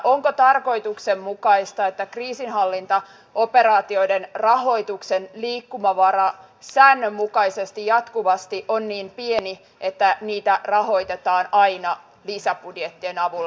onko tarkoituksenmukaista että kriisinhallintaoperaatioiden rahoituksen liikkumavara säännönmukaisesti jatkuvasti on niin pieni että niitä rahoitetaan aina lisäbudjettien avulla